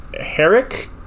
Herrick